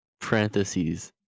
parentheses